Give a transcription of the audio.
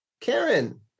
Karen